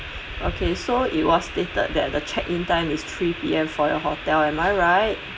okay so it was stated that the check in time is three P_M for your hotel am I right